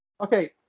Okay